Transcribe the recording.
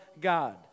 God